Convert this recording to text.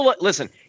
listen